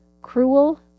cruel